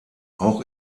auch